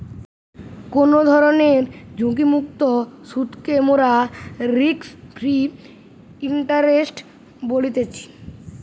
কোনো ধরণের ঝুঁকিমুক্ত সুধকে মোরা রিস্ক ফ্রি ইন্টারেস্ট বলতেছি